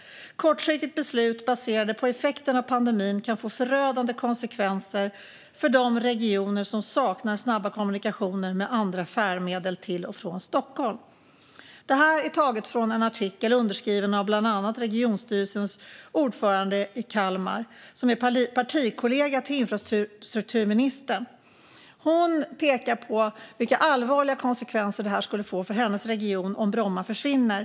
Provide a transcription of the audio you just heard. Kortsiktiga beslut baserade på effekten av pandemin kan få förödande konsekvenser för de regioner som saknar snabba kommunikationer med andra färdmedel till/från Stockholm." Detta är taget från en artikel underskriven av bland andra regionstyrelsens ordförande i Kalmar, som är partikollega till infrastrukturministern. Hon pekar på vilka allvarliga konsekvenser det skulle få för hennes region om Bromma försvinner.